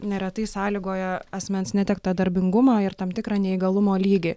neretai sąlygoja asmens netekto darbingumą ir tam tikrą neįgalumo lygį